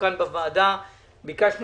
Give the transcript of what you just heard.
ביקשנו